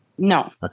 No